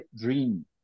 dream